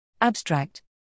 Abstract